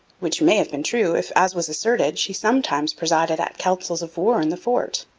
which may have been true if, as was asserted, she sometimes presided at councils of war in the fort.